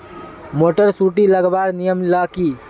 Motor सुटी लगवार नियम ला की?